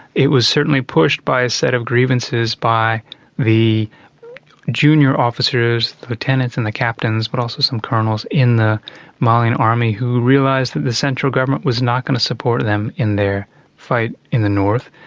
it was certainly pushed by a set of grievances by the junior officers lieutenants and the captains, but also some colonels in the malian army, who realised that the central government was not going to support them in their fight in the north,